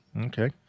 Okay